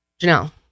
Janelle